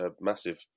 massive